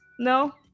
No